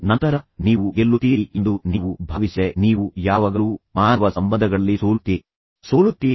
ನಂತರ ನೀವು ಗೆಲ್ಲುತ್ತೀರಿ ಎಂದು ನೀವು ಭಾವಿಸಿದರೆ ನೀವು ಯಾವಾಗಲೂ ಮಾನವ ಸಂಬಂಧಗಳಲ್ಲಿ ಸೋಲುತ್ತೀರಿ